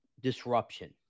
disruption